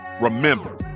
Remember